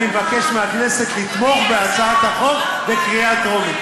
אני מבקש מהכנסת לתמוך בהצעת החוק בקריאה הטרומית.